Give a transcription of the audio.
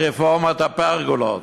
רפורמת הפרגולות,